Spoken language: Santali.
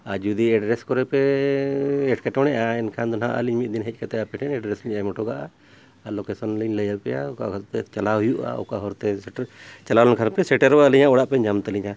ᱟᱨ ᱡᱩᱫᱤ ᱮᱰᱨᱮᱥ ᱠᱚᱨᱮ ᱯᱮ ᱮᱴᱠᱮᱴᱚᱬᱮᱜᱼᱟ ᱮᱱᱠᱷᱟᱱ ᱫᱚ ᱦᱟᱸᱜ ᱟᱹᱞᱤᱧ ᱢᱤᱫ ᱫᱤᱱ ᱦᱮᱡ ᱠᱟᱛᱮ ᱟᱯᱮ ᱴᱷᱮᱱ ᱮᱰᱨᱮᱥ ᱞᱤᱧ ᱮᱢ ᱦᱚᱴᱚᱠᱟᱜᱼᱟ ᱟᱨ ᱞᱳᱠᱮᱥᱚᱱ ᱞᱤᱧ ᱞᱟᱹᱭᱟᱯᱮᱭᱟ ᱚᱠᱟ ᱠᱷᱟᱹᱛᱤᱨᱼᱛᱮ ᱪᱟᱞᱟᱣ ᱦᱩᱭᱩᱜᱼᱟ ᱚᱠᱟ ᱦᱚᱨᱛᱮ ᱥᱮᱴᱮᱨ ᱪᱟᱞᱟᱣ ᱞᱮᱱᱠᱷᱟᱱ ᱯᱮ ᱥᱮᱴᱮᱨᱚᱜᱼᱟ ᱟᱹᱞᱤᱧᱟᱜ ᱚᱲᱟᱜ ᱯᱮ ᱧᱟᱢ ᱛᱟᱹᱞᱤᱧᱟ